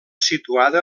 situada